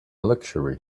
luxury